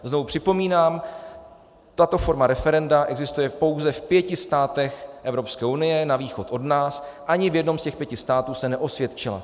Znovu připomínám, tato forma referenda existuje pouze v pěti státech Evropské unie na východ od nás, ani v jednom z těch pěti států se neosvědčila.